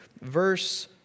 verse